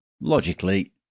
logically